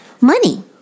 money